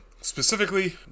specifically